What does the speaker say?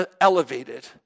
elevated